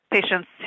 patients